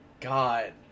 God